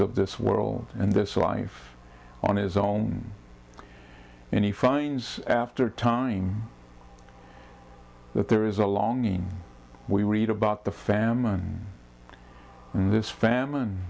of this world and this life on his own any fines after time that there is a longing we read about the famine in this famine